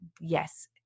yes